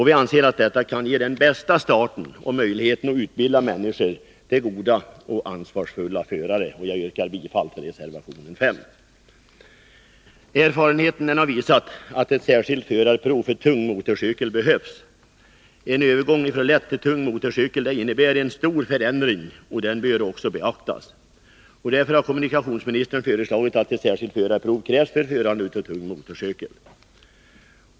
Vi anser att detta kan ge den bästa starten och möjligheten att utbilda människor till goda och ansvarsfulla förare. Jag yrkar bifall till reservation 5. Erfarenheten har visat att ett särskilt förarprov för tung motorcykel behövs. En övergång från lätt till tung motorcykel innebär en stor förändring, och detta bör beaktas. Därför har kommunikationsministern föreslagit att ett särskilt förarprov skall krävas för tung motorcykel.